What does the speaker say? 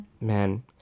Man